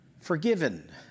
forgiven